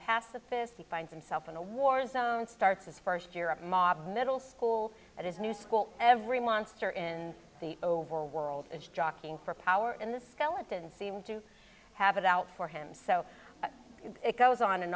pacifist he finds himself in a war zone starts his first year at modern middle school at his new school every monster in the overworld is jockeying for power in the skeleton seemed to have it out for him so it goes on and